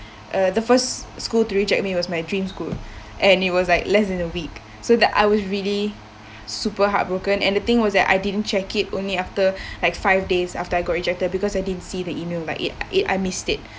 uh the first school to reject me was my dream school and it was like less than a week so that I was really super heartbroken and the thing was that I didn't check it only after like five days after I got rejected because I didn't see the email like it it I missed it